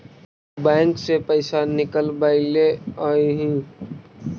तु बैंक से पइसा निकलबएले अइअहिं